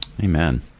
Amen